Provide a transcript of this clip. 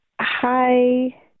Hi